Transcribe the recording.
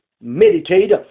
meditate